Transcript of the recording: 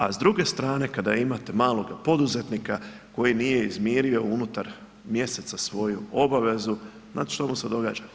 A s druge strane kada imate maloga poduzetnika koji nije izmirio unutar mjeseca svoju obavezu, znate šta mu se događa?